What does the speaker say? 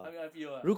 还没有 I_P_O ah